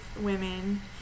women